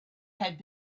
had